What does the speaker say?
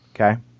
Okay